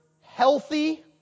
healthy